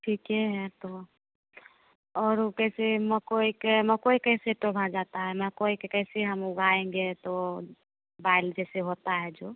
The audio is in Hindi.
ठीके है तो और ओ कैसे मकोई के मकोई कैसे टोभा जाता है मकोई के कैसे हम उगाएँगे तो बाली जैसे होता है जो